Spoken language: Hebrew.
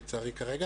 לצערי כרגע,